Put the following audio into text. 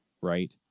right